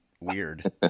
weird